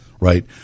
Right